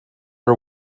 are